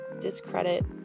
discredit